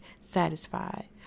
satisfied